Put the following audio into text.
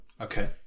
okay